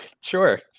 Sure